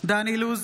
דן אילוז,